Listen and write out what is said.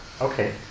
Okay